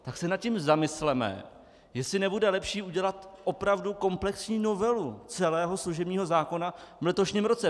Tak se nad tím zamysleme, jestli nebude lepší udělat opravdu komplexní novelu celého služebního zákona v letošním roce.